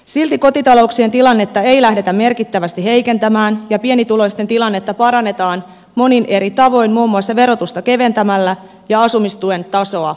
silti kotitalouksien tilannetta ei lähdetä merkittävästi heikentämään ja pienituloisten tilannetta parannetaan monin eri tavoin muun muassa verotusta keventämällä ja asumistuen tasoa nostamalla